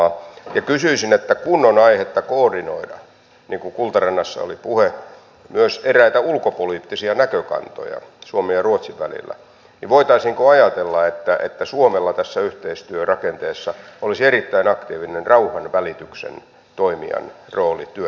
kysyisin kun on aihetta koordinoida niin kuin kultarannassa oli puhe myös eräitä ulkopoliittisia näkökantoja suomen ja ruotsin välillä niin voitaisiinko ajatella että suomella tässä yhteistyörakenteessa olisi erittäin aktiivinen rauhanvälityksen toimijan rooli työnjaollisesti